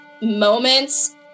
moments